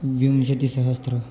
विंशतिसहस्रम्